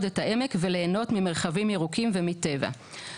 את העמק וליהנות ממרחבים ירוקים ומטבע.